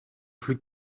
plus